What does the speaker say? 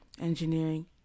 engineering